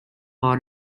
para